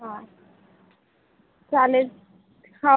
हां चालेल हां